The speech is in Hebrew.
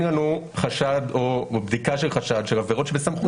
לנו חשד או בדיקה של חשד של עבירות שבסמכותנו.